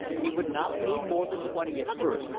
he would not need more than twenty at first,